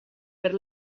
per